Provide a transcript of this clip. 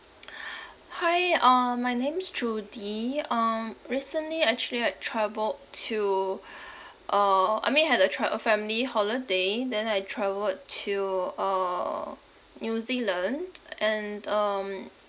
hi uh my name is judy um recently actually I travelled to uh I mean I had a tra~ a family holiday then I travelled to uh new zealand and um